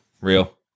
real